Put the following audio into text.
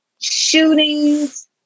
shootings